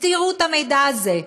הסתירו את המידע הזה.